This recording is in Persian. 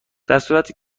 درصورتی